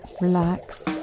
relax